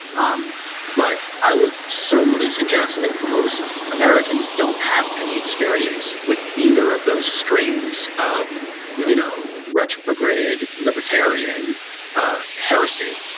um but i would certainly suggest that most americans don't have any experience with either of those strains of you know retrograde libertarian ah heresy,